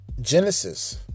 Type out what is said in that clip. Genesis